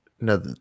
no